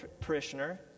parishioner